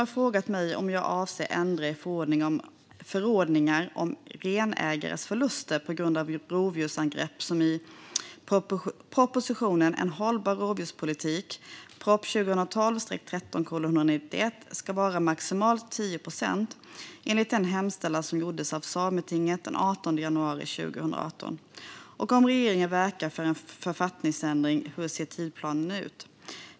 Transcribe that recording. har frågat mig om jag avser att ändra i förordningar om renägares förluster på grund av rovdjursangrepp, som enligt proposition 2012/13:191 En hållbar rovdjurspolitik ska vara maximalt 10 procent enligt den hemställan som gjordes av Sametinget den 18 januari 2018, och, om regeringen verkar för en författningsändring, hur tidsplanen ser ut.